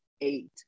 eight